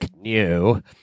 new